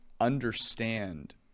understand